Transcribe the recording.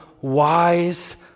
wise